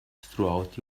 throughout